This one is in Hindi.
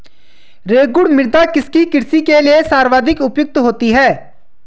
रेगुड़ मृदा किसकी कृषि के लिए सर्वाधिक उपयुक्त होती है?